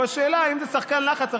השאלה אם זה שחקן לחץ.